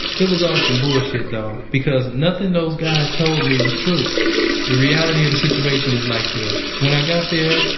it was all some bullshit though because nothing those guys told me was true the reality of the situation was like this, when i got there,